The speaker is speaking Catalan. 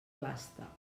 basta